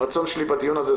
הרצון שלי בדיון הזה,